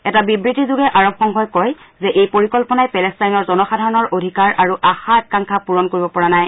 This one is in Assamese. এটা বিবৃতি যোগে আৰৱ সংঘই কয় যে এই পৰিকল্পনাই পেলেষ্টাইনৰ জনসাধাৰণৰ অধিকাৰ আৰু আশা আকাংক্ষা পূৰণ কৰিব পৰা নাই